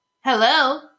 Hello